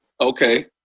Okay